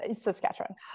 Saskatchewan